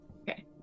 okay